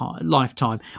lifetime